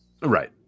Right